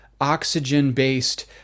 oxygen-based